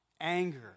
anger